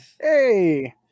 Hey